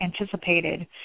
anticipated